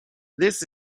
this